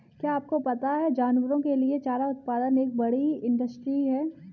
क्या आपको पता है जानवरों के लिए चारा उत्पादन एक बड़ी इंडस्ट्री है?